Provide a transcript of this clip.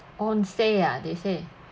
onsen ah they say